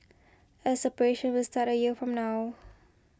as operations will start a year from now